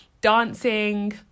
Dancing